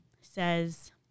says